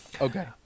okay